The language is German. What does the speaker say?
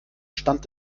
stand